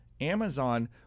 Amazon